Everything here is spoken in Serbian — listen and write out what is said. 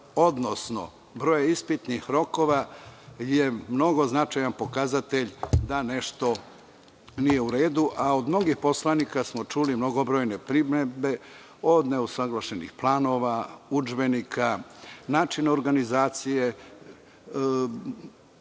odnosno broj ispitnih rokova je mnogo značajan pokazatelj da nešto nije u redu, a od mnogih poslanika smo čuli mnogobrojne primedbe, od neusaglašenih planova, udžbenika, načina organizacije,